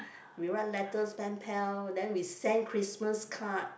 we write letters pen pal then we send Christmas card